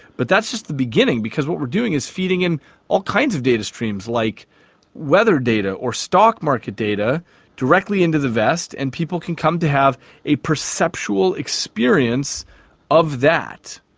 but that's just the beginning because what we are doing is feeding in all kinds of data streams like weather data or stock market data directly into the vest and people can come to have a perceptual experience of that.